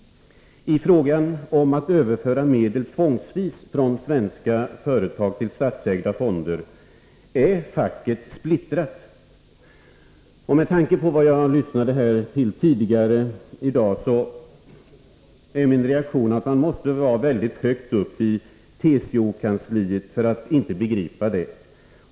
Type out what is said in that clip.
I frågan om att överföra medel tvångsvis från svenska företag till statsägda fonder är facket splittrat. Min reaktion när jag lyssnade på vad som tidigare i dag sades i det avseendet är att man måste sitta på en väldigt hög nivå i TCO-kansliet för att inte begripa det.